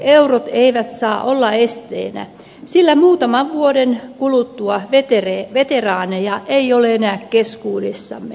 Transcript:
eurot eivät saa olla esteenä sillä muutaman vuoden kuluttua veteraaneja ei ole enää keskuudessamme